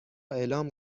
اعلام